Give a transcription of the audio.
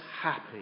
happy